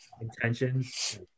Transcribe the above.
intentions